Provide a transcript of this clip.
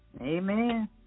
amen